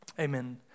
amen